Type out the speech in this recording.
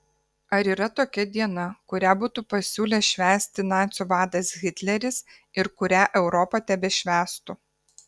ar yra tokia diena kurią būtų pasiūlęs švęsti nacių vadas hitleris ir kurią europa tebešvęstų